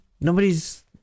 nobody's